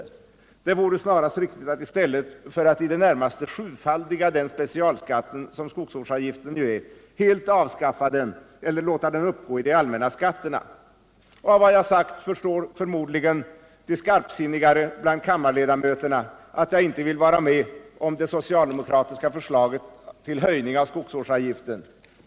Det vore snarast riktigt att i stället för att i det närmaste sjufaldiga den specialskatt som skogsvårdsavgiften utgör helt avskaffa den eller låta den uppgå i de allmänna skatterna. Av vad jag sagt förstår förmodligen de skarpsinnigare bland kammarledamöterna att jag inte vill vara med om det socialdemokratiska förslaget till höjning av skogsvårdsavgiften.